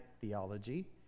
theology